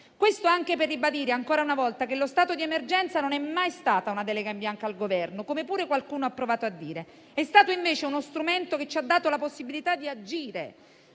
Questo anche per ribadire, ancora una volta, che lo stato di emergenza non è mai stata una delega in bianco al Governo, come pure qualcuno ha provato a dire. È stato, invece, uno strumento che ci ha dato la possibilità di agire,